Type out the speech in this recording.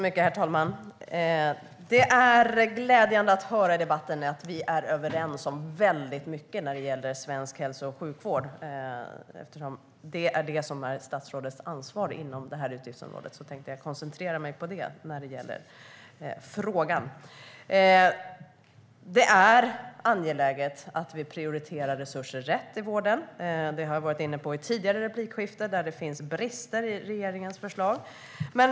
Herr talman! Det är glädjande att höra i debatten att vi är överens om väldigt mycket när det gäller svensk hälso och sjukvård. Eftersom det är det som är statsrådets ansvar inom detta utgiftsområde tänkte jag koncentrera mig på det när det gäller min fråga. Det är angeläget att vi prioriterar resurser rätt i vården. Det har jag varit inne på i tidigare replikskiften, och det finns brister i regeringens förslag.